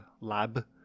lab